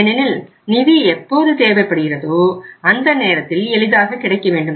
ஏனெனில் நிதி எப்போது தேவைப்படுகிறதோ அந்த நேரத்தில் எளிதாக கிடைக்க வேண்டும்